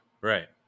right